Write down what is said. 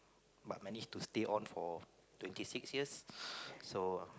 but manage to stay on for twenty six years so